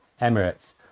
Emirates